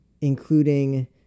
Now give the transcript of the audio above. including